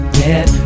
get